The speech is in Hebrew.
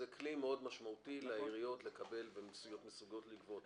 זה כלי מאוד משמעותי לעיריות לקבל ולהיות מסוגלות לגבות.